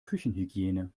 küchenhygiene